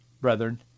brethren